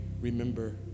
remember